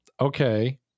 okay